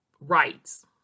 rights